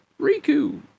Riku